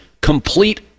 Complete